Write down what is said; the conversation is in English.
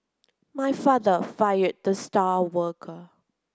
my father fired the star worker